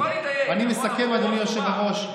בוא נדייק, אני מסכם, אדוני היושב-ראש.